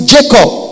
Jacob